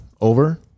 over